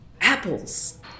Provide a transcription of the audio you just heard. Apples